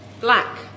black